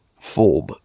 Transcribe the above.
form